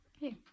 Hey